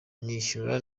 nishyura